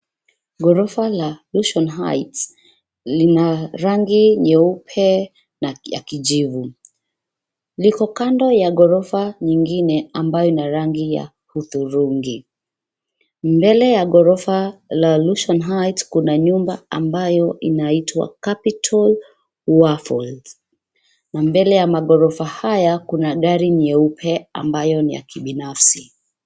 Ghorofa la Lusion Heights lina rangi nyeupe na ya kijivu. Liko kando ya ghorofa nyingine ambayo ina rangi ya hudhurungi. Mbele ya ghorofa la Lusion Heights kuna nyumba ambayo inaitwa Capital Waffles . Na mbele ya maghorofa haya kuna gari nyeupe ambayo ni ya kibinafsi.